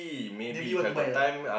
maybe you want to buy a not